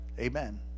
Amen